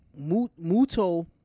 Muto